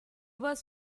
was